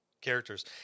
characters